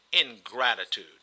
ingratitude